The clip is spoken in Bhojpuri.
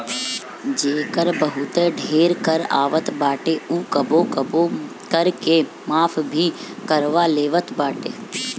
जेकर बहुते ढेर कर आवत बाटे उ कबो कबो कर के माफ़ भी करवा लेवत बाटे